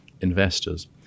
investors